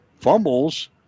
fumbles